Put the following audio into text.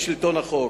בשלטון החוק.